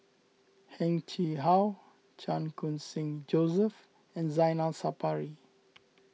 Heng Chee How Chan Khun Sing Joseph and Zainal Sapari